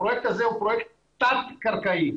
הפרויקט הזה הוא פרויקט תת קרקעי,